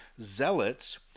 zealots